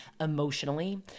emotionally